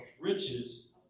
riches